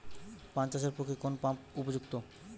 পান চাষের পক্ষে কোন পাম্প উপযুক্ত?